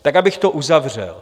Tak abych to uzavřel.